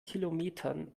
kilometern